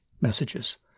messages